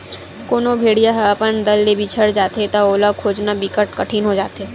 कोनो भेड़िया ह अपन दल ले बिछड़ जाथे त ओला खोजना बिकट कठिन हो जाथे